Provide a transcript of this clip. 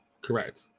Correct